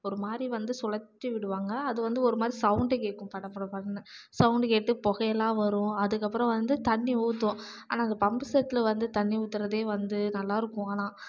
ஒரு மாதிரி வந்து சுழற்றி விடுவாங்க அது வந்து ஒரு மாதிரி சவுண்ட் கேட்கும் படபட படன்னு சவுண்ட் கேட்டு புகையெல்லாம் வரும் அதுக்கப்பறம் வந்து தண்ணி ஊற்றும் ஆனால் அந்த பம்பு செட்ல வந்து தண்ணி ஊற்றுறதே வந்து நல்லாயிருக்கும் ஆனால்